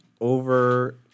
over